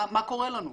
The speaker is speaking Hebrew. מה קורה לנו?